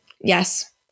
Yes